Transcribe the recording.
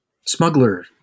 smuggler